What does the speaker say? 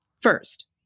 First